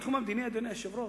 ובתחום המדיני, אדוני היושב-ראש,